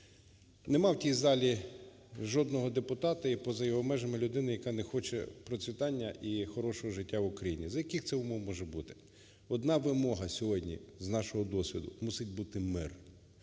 Нема в цій залі жодного депутата і поза його межами людини, яка не хоче процвітання і хорошого життя в Україні. За яких це умов може бути? Одна вимога сьогодні з нашого досвіду: мусить бути мир.